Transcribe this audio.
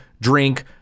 drink